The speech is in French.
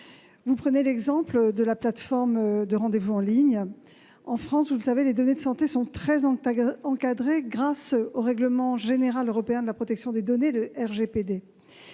Vous prenez l'exemple de la plateforme de rendez-vous en ligne. En France, vous le savez, les données de santé sont très encadrées grâce au règlement général européen sur la protection des données, le RGPD.